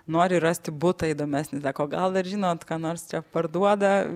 nori rasti butą įdomesnį sako gal ir žinot ką nors čia parduoda